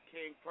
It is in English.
King